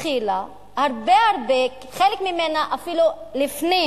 התחילה הרבה הרבה, חלק ממנה אפילו לפני